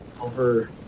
over